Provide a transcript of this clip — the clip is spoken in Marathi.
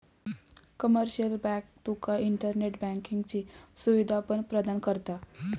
कमर्शियल बँक तुका इंटरनेट बँकिंगची सुवीधा पण प्रदान करता